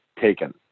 taken